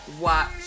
watch